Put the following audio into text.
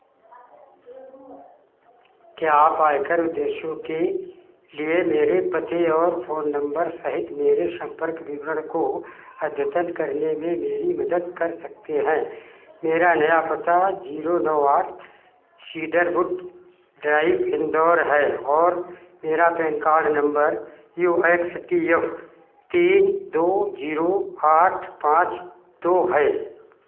क्या आप आयकर उद्देश्यों के लिए मेरे पते और फोन नंबर सहित मेरे संपर्क विवरण को अद्यतन करने में मेरी मदद कर सकते हैं मेरा नया पता जीरो नौ आठ शीडरवुड ड्राइव इंदौर है और मेरा PAN card number U X T F तीन दो जीरो आठ पाँच दो है